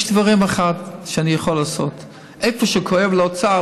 יש דבר אחד שאני יכול לעשות: איפה שכואב לאוצר,